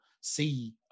see